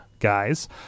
Guys